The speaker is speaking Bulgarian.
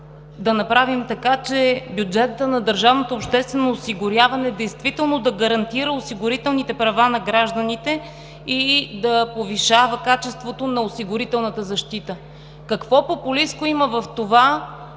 на държавното обществено осигуряване действително да гарантира осигурителните права на гражданите и да повишава качеството на осигурителната защита? Какво популистко има в това